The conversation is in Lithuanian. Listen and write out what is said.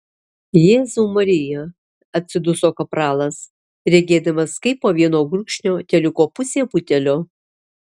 jėzau marija atsiduso kapralas regėdamas kaip po vieno gurkšnio teliko pusė butelio